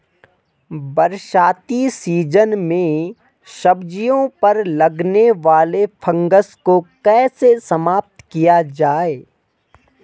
बरसाती सीजन में सब्जियों पर लगने वाले फंगस को कैसे समाप्त किया जाए?